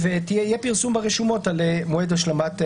יהיה פרסום ברשומות על מועד השלמת היערכות.